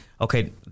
okay